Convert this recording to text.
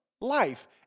life